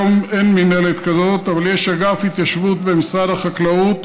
היום אין מינהלת כזאת אבל יש אגף התיישבות במשרד החקלאות,